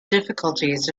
difficulties